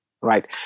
right